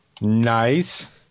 Nice